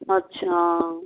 अच्छा